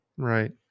Right